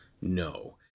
no